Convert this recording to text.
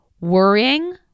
worrying